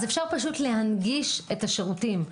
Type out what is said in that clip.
אפשר להנגיש את השירותים.